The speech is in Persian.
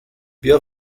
بیا